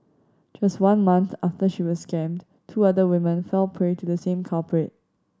just one month after she was scammed two other women fell prey to the same culprit